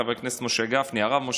חבר הכנסת משה גפני,